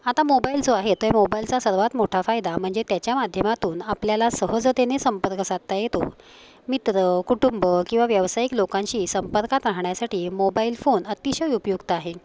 आता मोबाईल जो आहे त्या मोबाईलचा सर्वात मोठा फायदा म्हणजे त्याच्या माध्यमातून आपल्याला सहजतेने संपर्क साधता येतो मित्र कुटुंब किंवा व्यावसायिक लोकांशी संपर्कात राहण्यासाठी मोबाईल फोन अतिशय उपयुक्त आहे